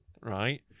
right